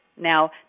Now